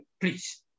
please